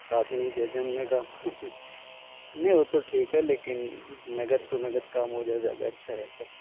ساتھ میں ہی دے دیں ہم نے کہا نہیں وہ تو ٹھیک ہے لیکن نقد ٹو نقد کام ہو جائے زیادہ اچھا رہتا ہے